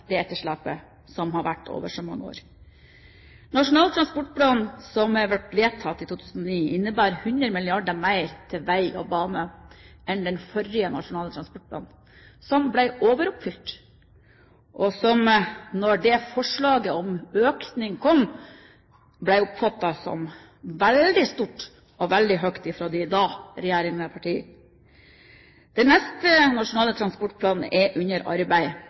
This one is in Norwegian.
det etterslepet som har vært over så mange år. Nasjonal transportplan, som ble vedtatt i 2009, innebærer hundre milliarder kroner mer til vei og bane enn den forrige nasjonale transportplanen – som ble overoppfylt. Da forslaget om økning kom, ble det oppfattet som veldig stort fra daværende regjerende partier. Den neste nasjonale transportplanen er under arbeid.